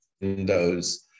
windows